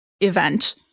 event